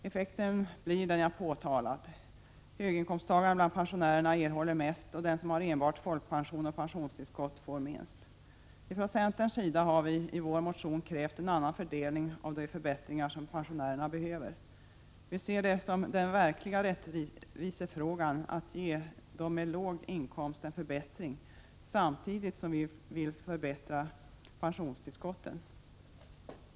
Effekten blir den jag påtalat: höginkomsttagare bland pensionärerna erhåller mest och den som har enbart folkpension och pensionstillskott får minst. Från centerns sida har vi i vår motion krävt en annan fördelning av de förbättringar som pensionärerna behöver. Vi ser det som den verkliga rättvisefrågan att ge dem med låg inkomst en förbättring. Samtidigt vill vi förbättra pensionstillskotten.